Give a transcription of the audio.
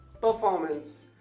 Performance